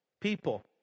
people